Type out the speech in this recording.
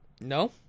no